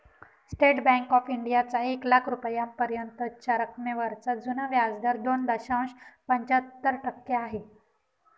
state Bank of इंडियाचा एक लाख रुपयांपर्यंतच्या रकमेवरचा जुना व्याजदर दोन दशांश पंच्याहत्तर टक्के आहे